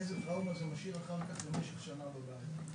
איזו טראומה זה משאיר אחר כך במשך שנה בבית.